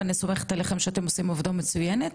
אבל אני סומכת עליכם שאתם עושים עבודה מצוינת,